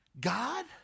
God